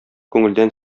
күңелдән